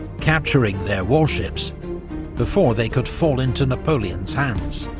capturing their warships before they could fall into napoleon's hands.